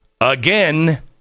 Again